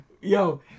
yo